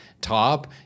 top